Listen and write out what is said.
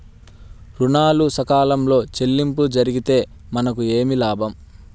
ఋణాలు సకాలంలో చెల్లింపు జరిగితే మనకు ఏమి లాభం?